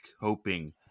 hoping